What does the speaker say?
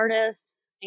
artists